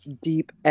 deep